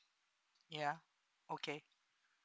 ya okay